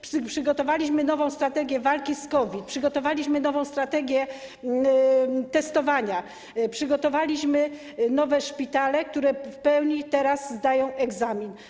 Przygotowaliśmy nową strategię walki z COVID, przygotowaliśmy nową strategię testowania, przygotowaliśmy nowe szpitale, które teraz w pełni zdają egzamin.